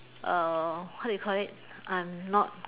err what do you call it I'm not